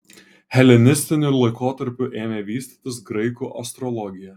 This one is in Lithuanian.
helenistiniu laikotarpiu ėmė vystytis graikų astrologija